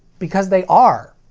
because they are!